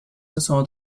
sono